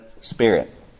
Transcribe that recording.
spirit